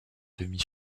demi